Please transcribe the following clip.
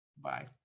bye